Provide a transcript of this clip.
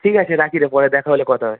ঠিক আছে রাখি রে পরে দেখা হলে কথা হয়